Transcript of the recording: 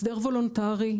הסכם וולונטרי.